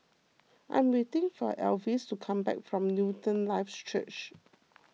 I'm waiting for Elvis to come back from Newton lives Church